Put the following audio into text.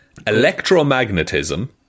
electromagnetism